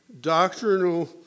doctrinal